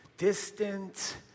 distant